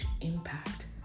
impact